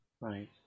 Right